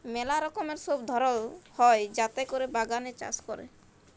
ম্যালা রকমের সব ধরল হ্যয় যাতে ক্যরে বাগানে চাষ ক্যরে